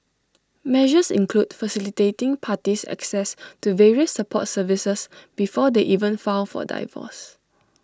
measures include facilitating parties access to various support services before they even file for divorce